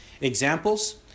Examples